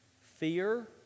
fear